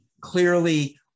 clearly